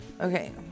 Okay